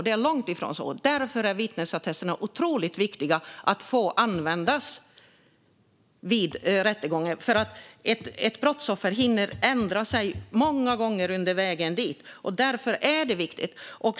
Det är långt ifrån så. Därför är det otroligt viktigt att vittnesattesterna får användas vid rättegång. Ett brottsoffer hinner ändra sig många gånger under vägen dit, och därför är det viktigt.